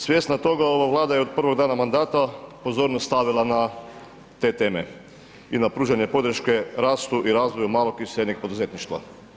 Svjesna toga ova Vlada je od prvog dana mandata pozornost stavila na te teme i na pružanje podrške rastu i razvoju malog i srednjeg poduzetništva.